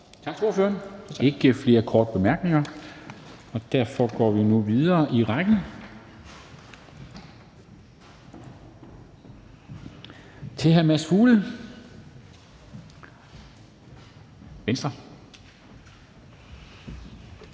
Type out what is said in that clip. Der er ikke flere korte bemærkninger. Derfor går vi nu videre i ordførerrækken til hr. Mads Fuglede, Venstre.